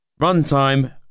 Runtime